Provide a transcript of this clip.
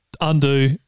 Undo